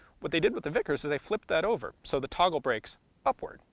what they did with the vickers they flipped that over, so the toggle breaks upward.